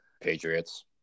Patriots